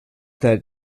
that